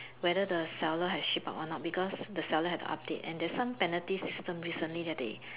whether the seller has shipped out or not because the seller has to update and there's some penalty system recently that they